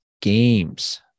games